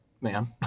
man